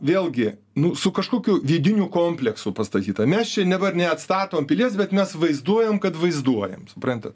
vėlgi nu su kažkokiu vidiniu kompleksu pastatyta mes čia dabar neatstatom pilies bet mes vaizduojam kad vaizduojam suprantat